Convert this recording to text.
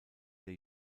der